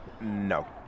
No